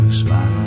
smile